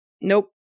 nope